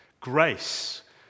grace